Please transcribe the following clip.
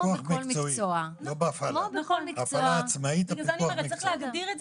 לא במקרה אני אומר.